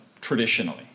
traditionally